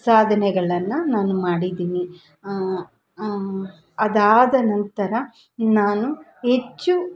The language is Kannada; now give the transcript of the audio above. ಸಾಧನೆಗಳನ್ನು ನಾನು ಮಾಡಿದ್ದೀನಿ ಅದಾದ ನಂತರ ನಾನು ಹೆಚ್ಚು